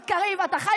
מי שקיבלו את הרוב,